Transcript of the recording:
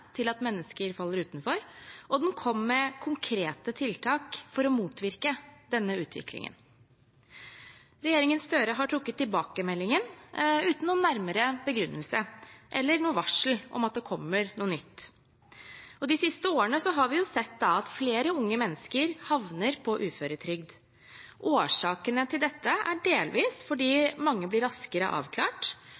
til at mennesker faller utenfor, og den kom med konkrete tiltak for å motvirke denne utviklingen. Regjeringen Støre har trukket tilbake meldingen uten noen nærmere begrunnelse eller noe varsel om at det kommer noe nytt. De siste årene har vi sett at flere unge mennesker havner på uføretrygd. Årsakene til dette er delvis